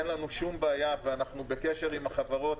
אין לנו שום בעיה ואנחנו בקשר עם החברות,